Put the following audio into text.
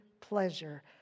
pleasure